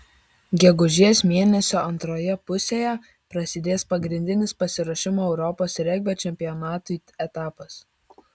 gegužės mėnesio antroje pusėje prasidės pagrindinis pasiruošimo europos regbio čempionatui etapas